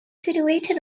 situated